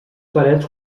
parets